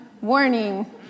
warning